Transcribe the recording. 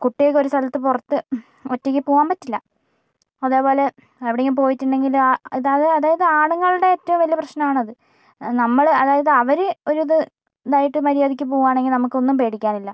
കുട്ടികൾക്ക് ഒരു സ്ഥലത്ത് പുറത്ത് ഒറ്റയ്ക്ക് പോകാൻ പറ്റില്ല അതേപോലെ എവിടെയെങ്കിലും പോയിട്ടുണ്ടെങ്കിൽ ആ അതായത് അതായത് ആണുങ്ങളുടെ ഏറ്റവും വലിയ പ്രശ്നമാണത് നമ്മൾ അതായത് അവർ ഒരു ഇത് ഇതായിട്ടു മര്യാദയ്ക്ക് പോവുകയാണെങ്കിൽ നമുക്ക് ഒന്നും പേടിക്കാനില്ല